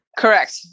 correct